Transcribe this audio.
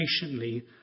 patiently